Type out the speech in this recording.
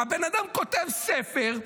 הבן אדם כותב ספר,